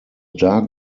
dark